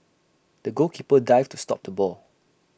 the goalkeeper dived to stop the ball